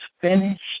finished